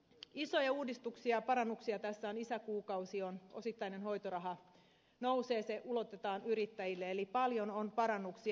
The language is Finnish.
isoja uudistuksia parannuksia tässä on isäkuukausi on osittainen hoitoraha nousee se ulotetaan yrittäjille eli paljon on parannuksia